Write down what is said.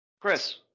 Chris